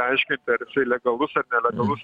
aiškinti ar jisai legalus ar nelegalus